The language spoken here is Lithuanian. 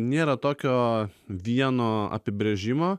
nėra tokio vieno apibrėžimo